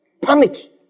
panic